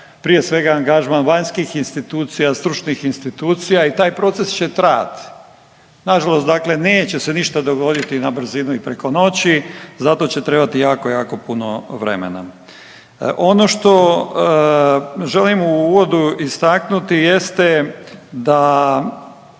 prije svega angažman vanjskih institucija, stručnih institucija i taj proces će trajati. Nažalost, dakle neće se ništa dogoditi na brzinu i preko noći, za to će trebati jako, jako puno vremena. Ono što želim u uvodu istaknuti jeste da